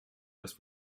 das